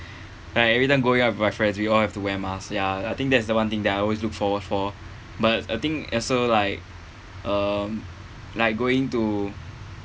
like every time going out with my friends we all have to wear mask ya I think that's the one thing that I always look forward for but I think also like um like going to